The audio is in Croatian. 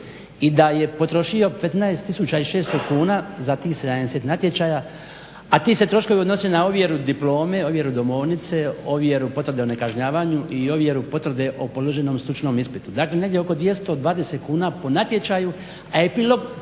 i da je potrošio 15 600 kuna za tih 70 natječaja. A ti su se troškovi odnose na ovjeru diplome, ovjeru domovnice, ovjeru potvrde o nekažnjavanju i ovjeru potvrde o položenom stručnom ispitu. Dakle, negdje oko 220 kuna po natječaju. A epilog